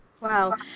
Wow